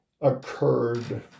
occurred